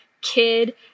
kid